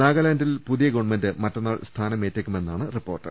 നാഗാലാന്റിൽ പുതിയ ഗവൺമെന്റ് മറ്റന്നാൾ സ്ഥാനമേറ്റേക്കു മെന്നാണ് റിപ്പോർട്ട്